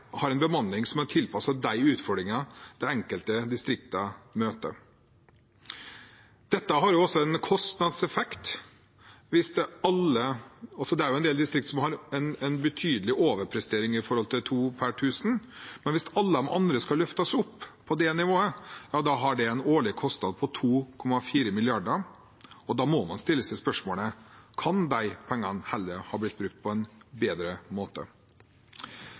har en bemanning som er tilpasset de utfordringene de enkelte distriktene møter. Dette har også en kostnadseffekt. Det er en del distrikt som har en betydelig overprestering når det gjelder to per tusen, men hvis alle de andre skal løftes opp på det nivået, har det en årlig kostnad på 2,4 mrd. kr. Da må man stille seg spørsmålet: Kan de pengene heller brukes på en bedre måte?